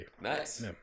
Nice